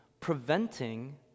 preventing